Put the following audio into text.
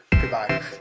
Goodbye